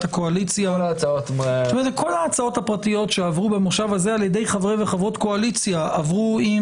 הקואליציה שעברו במושב הזה על-ידי חברי הקואליציה עברו עם